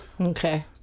okay